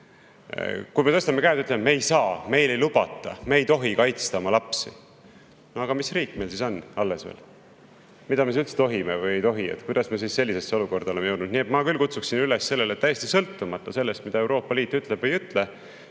Kui me tõstame käed ja ütleme, et me ei saa, meil ei lubata, me ei tohi kaitsta oma lapsi – aga mis riik meil siis veel alles on? Mida me üldse tohime või ei tohi [teha]? Kuidas me sellisesse olukorda oleme jõudnud? Nii et ma küll kutsun üles sellele, et täiesti sõltumata sellest, mida Euroopa Liit ütleb või ei